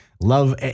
love